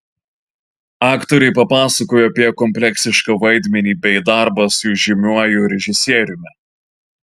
aktorė papasakojo apie kompleksišką vaidmenį bei darbą su žymiuoju režisieriumi